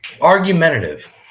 Argumentative